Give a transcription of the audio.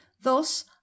Thus